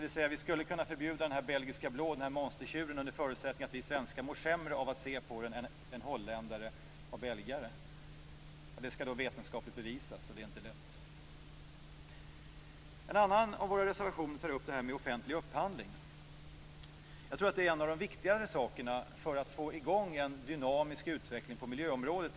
Vi skulle alltså kunna förbjuda belgisk blå - monstertjuren - under förutsättning att vi svenskar mår sämre av att se på den än holländare och belgare. Det skall vetenskapligt bevisas, och det är inte lätt. En annan av våra reservationer tar upp frågan om offentlig upphandling. Det är en av de viktigare sakerna för att få i gång en dynamisk utveckling på miljöområdet.